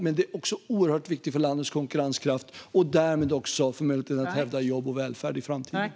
Men det är också oerhört viktigt för landets konkurrenskraft och därmed för möjligheten att hävda jobb och välfärd i framtiden.